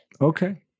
Okay